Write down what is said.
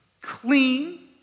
clean